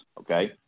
Okay